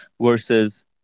versus